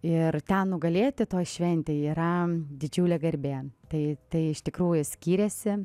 ir ten nugalėti toj šventėj yra didžiulė garbė tai tai iš tikrųjų skiriasi